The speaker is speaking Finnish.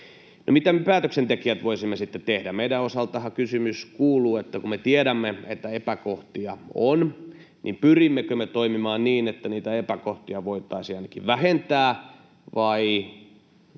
Mitä me päätöksentekijät voisimme sitten tehdä? Meidän osaltahan kysymys kuuluu, että kun me tiedämme, että epäkohtia on, niin pyrimmekö me toimimaan niin, että niitä epäkohtia voitaisiin ainakin vähentää vai